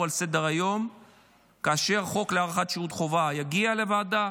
לסדר-היום כאשר החוק להארכת שירות חובה יגיע לוועדה,